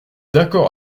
d’accord